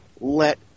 let